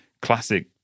classic